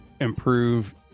improve